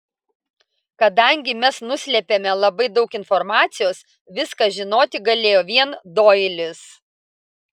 kadangi mes nuslėpėme labai daug informacijos viską žinoti galėjo vien doilis